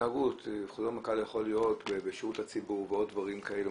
חוזר מנכ"ל יכול להיות בשירות הציבור ועוד דברים כאלה,